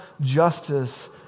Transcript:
justice